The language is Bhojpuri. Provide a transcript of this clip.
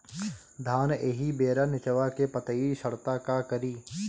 धान एही बेरा निचवा के पतयी सड़ता का करी?